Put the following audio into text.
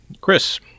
Chris